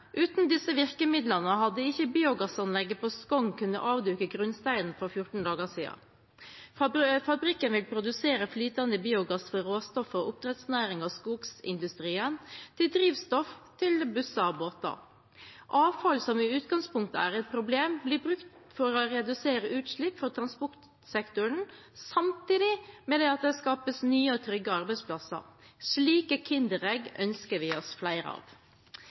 Uten disse virkemidlene hadde ikke biogassanlegget på Skogn kunnet avduke grunnsteinen for 14 dager siden. Fabrikken vil produsere flytende biogass fra råstoff fra oppdrettsnæringen og skogsindustrien til drivstoff til busser og båter. Avfall som i utgangspunktet er et problem, blir brukt for å redusere utslipp fra transportsektoren samtidig som det skapes nye og trygge arbeidsplasser. Slike kinderegg ønsker vi oss flere av.